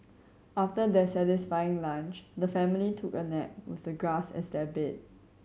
after their satisfying lunch the family took a nap with the grass as their bed